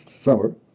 summer